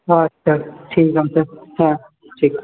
আচ্ছা ঠিক আছে হ্যাঁ ঠিক আছে